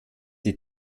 die